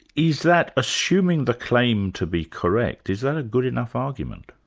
is that, assuming the claim to be correct, is that a good enough argument?